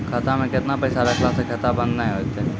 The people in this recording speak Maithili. खाता मे केतना पैसा रखला से खाता बंद नैय होय तै?